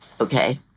okay